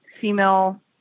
female